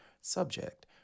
subject